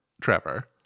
Trevor